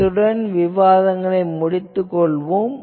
இத்துடன் விவாதங்களை முடித்துக் கொள்கிறேன்